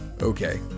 Okay